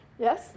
Yes